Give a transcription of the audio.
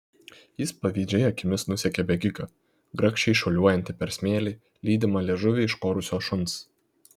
jis pavydžiai akimis nusekė bėgiką grakščiai šuoliuojantį per smėlį lydimą liežuvį iškorusio šuns